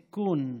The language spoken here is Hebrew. (תיקון),